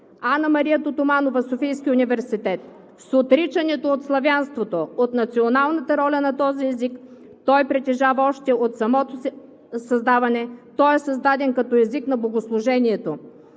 Ана-Мария Тотоманова от Софийския университет: „С отричането от славянството, от националната роля на този език, който той притежава още от самото си създаване, той е създаден като език на богослужението,